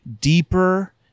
deeper